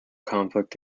conflict